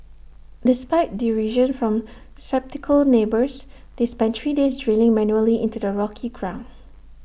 despite derision from sceptical neighbours they spent three days drilling manually into the rocky ground